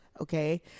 okay